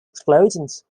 explosions